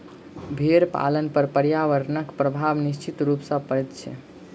भेंड़ पालन पर पर्यावरणक प्रभाव निश्चित रूप सॅ पड़ैत छै